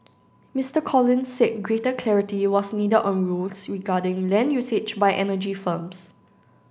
Mister Collins said greater clarity was needed on rules regarding land usage by energy firms